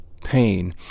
pain